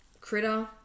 Critter